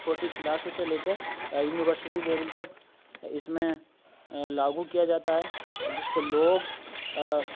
چھوٹی کلاسوں سے لے کے یونیورسٹی لیول تک اس میں لاگو کیا جاتا ہے جس کو لوگ